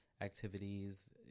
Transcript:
activities